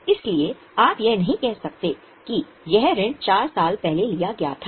इसलिए आप यह नहीं कह सकते कि यह ऋण चार साल पहले लिया गया था